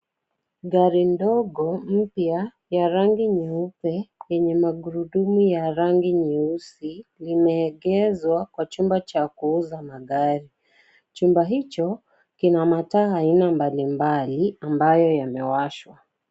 Gari ndogo mpya ya rangi nyeupe yenye magurudumu ya rangi nyeusi limeegezwa kwa chumba cha kuuza magari, chumba hicho kina mataa aina mbalimbali ambayo yamewashwa.